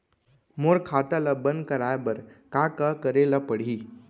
मोर खाता ल बन्द कराये बर का का करे ल पड़ही?